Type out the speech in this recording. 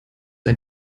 ein